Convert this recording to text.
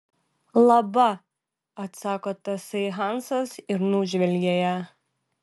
laba atsako tasai hansas ir nužvelgia ją